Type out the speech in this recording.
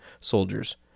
soldiers